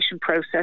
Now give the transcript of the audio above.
process